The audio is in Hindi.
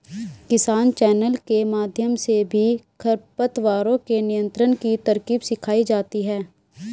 किसान चैनल के माध्यम से भी खरपतवारों के नियंत्रण की तरकीब सिखाई जाती है